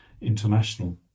international